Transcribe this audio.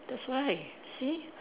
that's why see